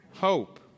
hope